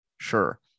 Sure